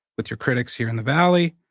with your critics here in the valley,